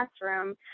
classroom